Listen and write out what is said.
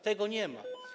Tego nie ma.